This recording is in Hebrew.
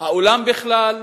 העולם בכלל,